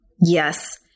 Yes